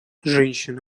женщина